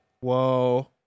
Whoa